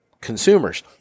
consumers